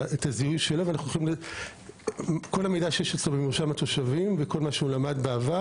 וכל המידע שיש אצלו ממרשם התושבים וממה שהסטודנט למד בעבר,